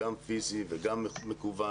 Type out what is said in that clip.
גם פיזי וגם מקוון,